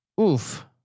Oof